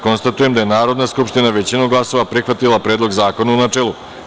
Konstatujem da je Narodna skupština većinom glasova prihvatila Predlog zakona, u načelu.